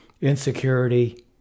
insecurity